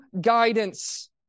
guidance